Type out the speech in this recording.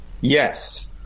Yes